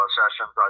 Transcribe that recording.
sessions